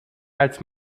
als